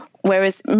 Whereas